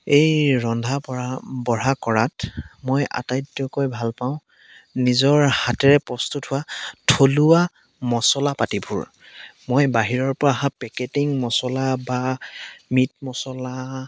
এই ৰন্ধা পঢ়া বঢ়া কৰাত মই আটাইতকৈ ভাল পাওঁ নিজৰ হাতেৰে প্ৰস্তুত হোৱা থলুৱা মচলা পাতিবোৰ মই বাহিৰৰ পৰা অহা পেকেটিং মচলা বা মিট মচলা